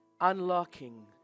Unlocking